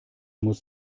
muss